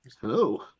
Hello